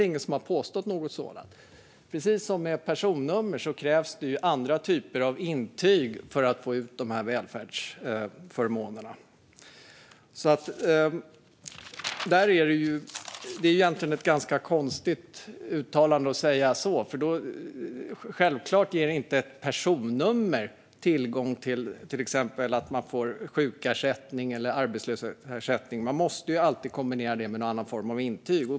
Ingen har påstått något annat. Precis som med personnummer krävs det andra typer av intyg för att få ta del av välfärdsförmånerna. Det är alltså ett ganska konstigt uttalande. Ett personnummer ger inte tillgång till exempelvis sjukersättning eller arbetslöshetsersättning. Det måste alltid kombineras med någon annan form av intyg.